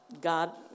God